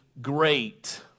great